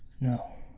No